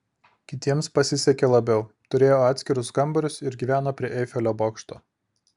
kitiems pasisekė labiau turėjo atskirus kambarius ir gyveno prie eifelio bokšto